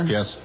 Yes